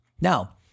Now